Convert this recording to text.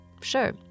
sure